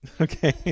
Okay